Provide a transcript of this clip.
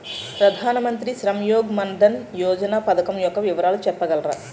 ప్రధాన మంత్రి శ్రమ్ యోగి మన్ధన్ యోజన పథకం యెక్క వివరాలు చెప్పగలరా?